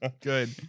Good